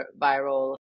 viral